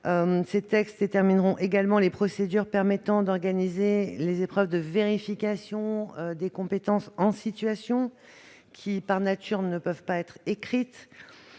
Ces textes détermineront également les procédures permettant d'organiser les épreuves de vérification des compétences en situation, qui, par nature, ne sauraient être écrites,